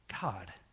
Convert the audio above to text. God